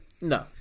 No